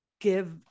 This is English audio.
give